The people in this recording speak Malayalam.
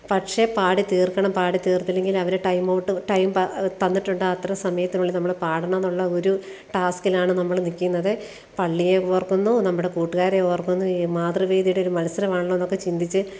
പക്ഷേ പാടിത്തീർക്കണം പാടി തീർത്തില്ലെങ്കിലവർ ടൈമൗട്ട് ടൈം തന്നിട്ടുണ്ട് അത്ര സമയത്തിനുള്ളിൽ നമ്മൾ പാടണമെന്നുള്ള ഒരു ടാസ്ക്കിലാണ് നമ്മൾ നിൽക്കുന്നത് പള്ളിയെ ഓർക്കുന്നു നമ്മുടെ കൂട്ടുകാരെ ഓർക്കുന്നു ഈ മാതൃവേദിയുടെ ഒരു മത്സരമാണല്ലോ എന്നൊക്കെ ചിന്തിച്ച്